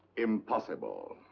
impossible. ah,